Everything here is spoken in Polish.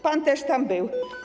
Pan też tam był.